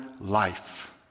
life